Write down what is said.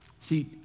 See